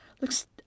Looks